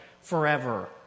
forever